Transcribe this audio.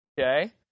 Okay